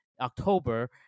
October